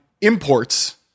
imports